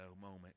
moment